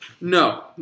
No